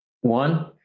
One